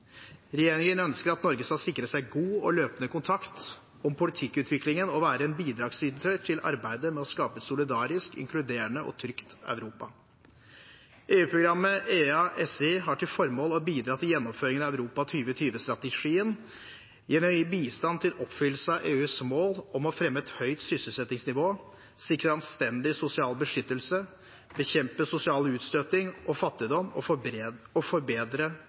Regjeringen ønsker at Norge skal sikre seg god og løpende kontakt om politikkutviklingen og være en bidragsyter til arbeidet med å skape et solidarisk, inkluderende og trygt Europa. EU-programmet EaSI har til formål å bidra til gjennomføringen av Europa 2020-strategien gjennom å gi bistand til oppfyllelse av EUs mål om å fremme et høyt sysselsettingsnivå, sikre anstendig sosial beskyttelse, bekjempe sosial utstøting og fattigdom og